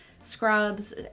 scrubs